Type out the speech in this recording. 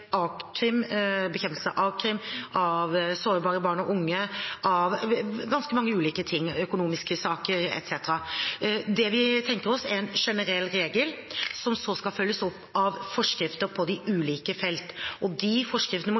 bekjempelse av a-krim, sårbare barn og unge, økonomiske saker – ganske mange ulike ting. Det vi tenker oss, er en generell regel som så skal følges opp av forskrifter på de ulike felt, og de forskriftene må